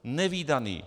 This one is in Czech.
Nevídaný!